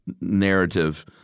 narrative